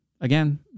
again